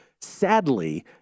sadly